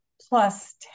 plus